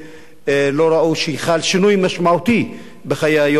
לא ראו שחל שינוי משמעותי בחיי היום-יום.